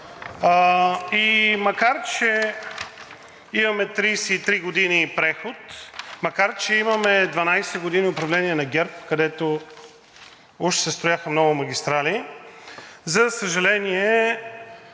макар че имаме 33 години преход, макар че имаме 12 години управление на ГЕРБ, където уж се строяха много магистрали. За съжаление,